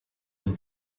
und